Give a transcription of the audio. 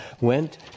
went